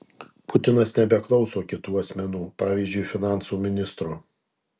putinas nebeklauso kitų asmenų pavyzdžiui finansų ministro